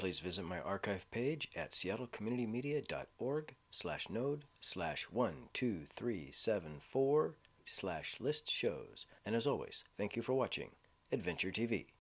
please visit my archive page at seattle community media dot org slash node slash one twos threes seven four slash list shows and as always thank you for watching adventure t